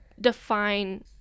define